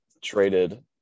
traded